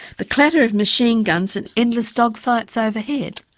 the clatter of machine guns and endless dogfights overhead.